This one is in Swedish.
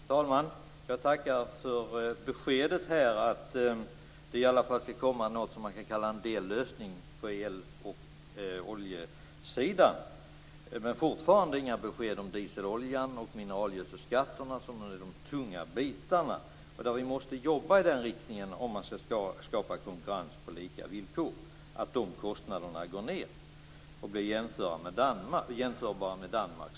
Fru talman! Jag tackar för beskedet att det i alla fall kommer något som man kan kalla en dellösning på el och oljesidan. Men fortfarande kommer det inga besked om skatten på dieseloljan och mineralgödselskatten som är de tunga bitarna, och där vi måste jobba i en sådan riktning att dessa kostnader går ned och blir jämförbara med Danmarks om det skall skapas konkurrens på lika villkor.